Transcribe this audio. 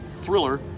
thriller